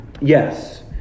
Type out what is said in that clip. yes